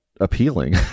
appealing